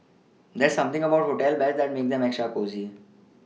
there's something about hotel beds that makes them extra cosy